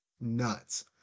nuts